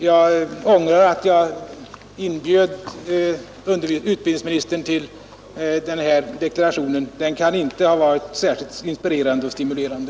Jag ångrar att jag inbjöd utbildningsministern till den här deklarationen. Den kan inte ha varit särskilt inspirerande och stimulerande.